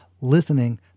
Listening